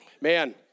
Man